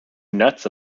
nuts